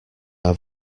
are